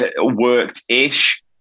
worked-ish